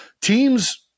teams